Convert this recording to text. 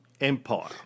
Empire